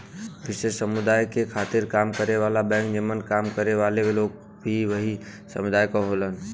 विशेष समुदाय के खातिर काम करे वाला बैंक जेमन काम करे वाले लोग भी वही समुदाय क होलन